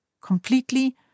completely